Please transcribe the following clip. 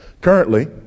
Currently